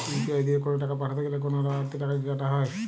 UPI দিয়ে কোন টাকা পাঠাতে গেলে কোন বারতি টাকা কি কাটা হয়?